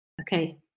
Okay